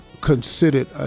considered